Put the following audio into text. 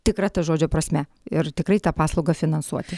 tikra to žodžio prasme ir tikrai tą paslaugą finansuoti